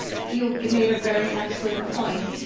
you made a very excellent point,